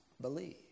believe